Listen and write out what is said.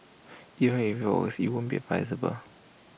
even if IT works IT won't be advisable